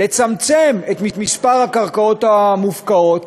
לצמצם את מספר הקרקעות המופקעות,